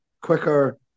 quicker